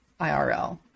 IRL